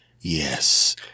Yes